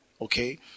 okay